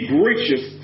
gracious